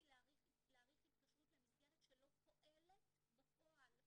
להאריך התקשרות למסגרת שלא פועלת בפועל.